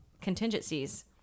contingencies